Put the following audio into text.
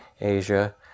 Asia